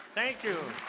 thank you.